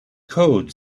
code